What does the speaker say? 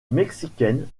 mexicaine